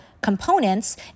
components